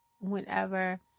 whenever